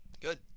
good